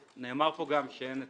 נאמר פה גם שאין היצף.